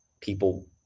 people –